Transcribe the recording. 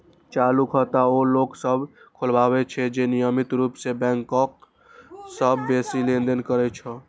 चालू खाता ओ लोक सभ खोलबै छै, जे नियमित रूप सं बैंकक संग बेसी लेनदेन करै छै